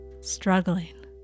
struggling